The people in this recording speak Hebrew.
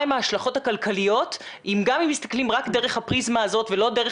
מהן ההשלכות הכלכליות גם אם מסתכלים דרך הפריזמה הזאת ולא דרך